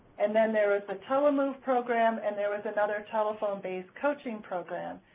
and then there is the tele-move program and there was another telephone based coaching program,